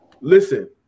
Listen